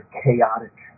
chaotic